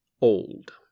old